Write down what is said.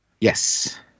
Yes